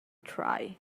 try